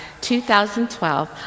2012